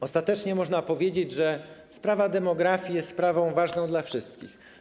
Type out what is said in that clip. Ostatecznie można powiedzieć, że sprawa demografii jest sprawą ważną dla wszystkich.